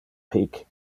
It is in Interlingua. hic